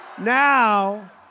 Now